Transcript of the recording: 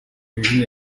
wihe